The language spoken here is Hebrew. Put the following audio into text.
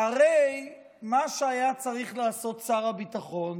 הרי מה שהיה צריך לעשות שר הביטחון,